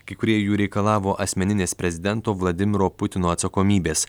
kai kurie jų reikalavo asmeninės prezidento vladimiro putino atsakomybės